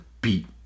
beat